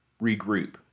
regroup